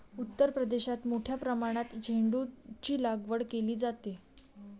उत्तर प्रदेशात मोठ्या प्रमाणात झेंडूचीलागवड केली जाते